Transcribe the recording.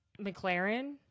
McLaren